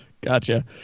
gotcha